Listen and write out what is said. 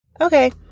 Okay